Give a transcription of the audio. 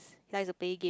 like to play game